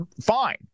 fine